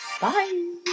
Bye